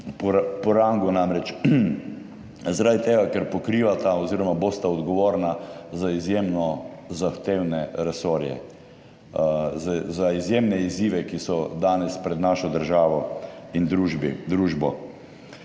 po rangu namreč zaradi tega, ker pokrivata oziroma bosta odgovorna za izjemno zahtevne resorje, za izjemne izzive, ki so danes pred našo državo in družbi,